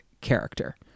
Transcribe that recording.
character